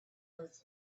earth